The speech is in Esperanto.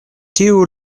tiu